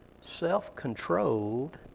self-controlled